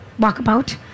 walkabout